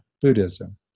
Buddhism